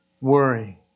worry